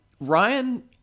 Ryan